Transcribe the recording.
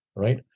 Right